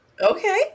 Okay